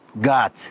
God